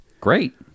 Great